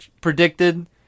predicted